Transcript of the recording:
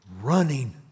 running